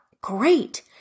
Great